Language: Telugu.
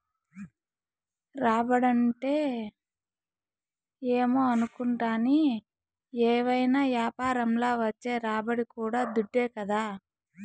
రాబడంటే ఏమో అనుకుంటాని, ఏవైనా యాపారంల వచ్చే రాబడి కూడా దుడ్డే కదా